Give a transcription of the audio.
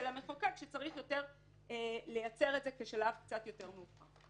המחוקק שצריך לייצר את זה כשלב קצת יותר מאוחר.